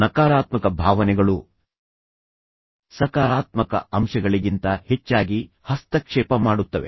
ನಕಾರಾತ್ಮಕ ಭಾವನೆಗಳು ಸಕಾರಾತ್ಮಕ ಅಂಶಗಳಿಗಿಂತ ಹೆಚ್ಚಾಗಿ ಹಸ್ತಕ್ಷೇಪ ಮಾಡುತ್ತವೆ